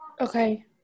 Okay